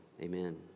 Amen